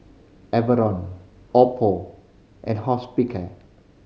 Oppo and Hospicare